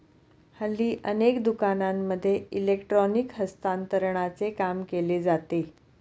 हल्ली अनेक दुकानांमध्ये इलेक्ट्रॉनिक हस्तांतरणाचे काम केले जाते